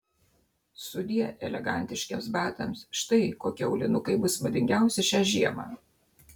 sudie elegantiškiems batams štai kokie aulinukai bus madingiausi šią žiemą